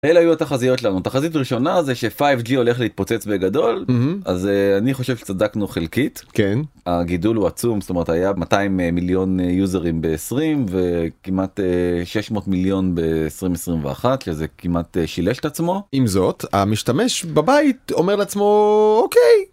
אלה היו התחזיות לנו תחזית ראשונה זה ש 5G הולך להתפוצץ בגדול אז אני חושב שצדקנו חלקית כן הגידול הוא עצום זאת אומרת היה 200 מיליון יוזרים ב-20 וכמעט 600 מיליון ב-2021 זה כמעט שילש את עצמו עם זאת המשתמש בבית אומר לעצמו אוקיי.